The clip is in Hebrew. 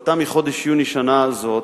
החלטה מחודש יוני שנה זו,